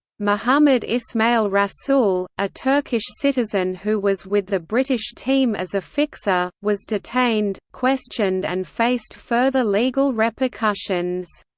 mohammed ismael rasool, a turkish citizen who was with the british team as a fixer, was detained, questioned and faced further legal repercussions.